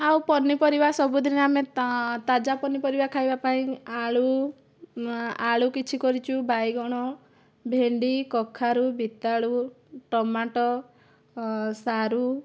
ଆଉ ପନିପରିବା ସବୁଦିନ ଆମେ ତାତାଜା ପନିପରିବା ଖାଇବା ପାଇଁ ଆଳୁ ଆଳୁ କିଛି କରିଛୁ ବାଇଗଣ ଭେଣ୍ଡି କଖାରୁ ବିତାଳୁ ଟମାଟୋ ସାରୁ